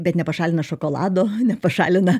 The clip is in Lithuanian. bet nepašalina šokolado nepašalina